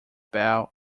bell